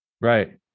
Right